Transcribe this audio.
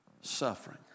Suffering